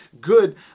good